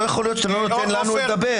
לא יכול להיות שאתה לא נותן לנו לדבר.